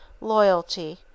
loyalty